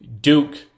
Duke